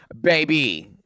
baby